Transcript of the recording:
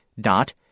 dot